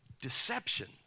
deception